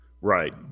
right